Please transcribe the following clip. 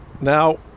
Now